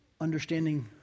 understanding